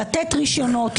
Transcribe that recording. לתת רישיונות,